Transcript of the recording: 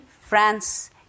France